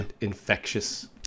infectious